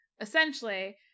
essentially